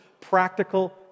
practical